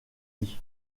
lit